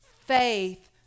Faith